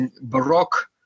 Baroque